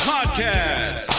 Podcast